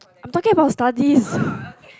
I am talking about studies